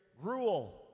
rule